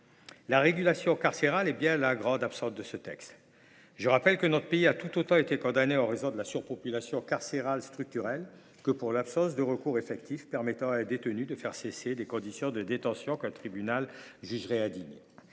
La régulation carcérale est bien la grande absente de ce texte. Je rappelle que notre pays a tout autant été condamné en raison de la surpopulation carcérale structurelle que pour l’absence de recours effectif permettant à un détenu de faire cesser des conditions de détention qu’un tribunal jugerait indignes.